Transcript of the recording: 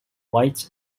white